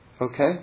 Okay